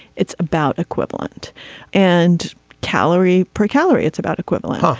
it's about equivalent and calorie per calorie it's about equivalent.